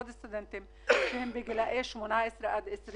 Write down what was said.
ולסטודנטים אחרים בגילאי 18 עד 20